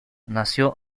nació